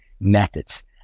methods